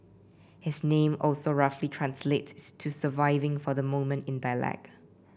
his name also roughly translate to surviving for the moment in dialect